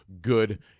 good